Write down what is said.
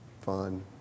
fun